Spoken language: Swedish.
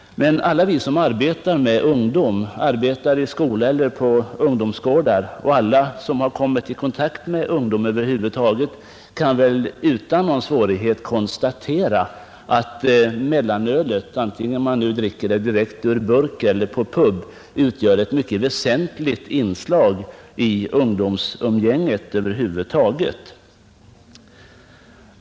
Men alla vi som arbetar med ungdom, i skolor eller på ungdomsgårdar, och alla de som över huvud taget kommit i kontakt med ungdom kan väl utan svårighet konstatera att mellanölet, vare sig man dricker det direkt ur burk eller på pub, utgör ett mycket väsentligt inslag i ungdomsumgänget över huvud taget.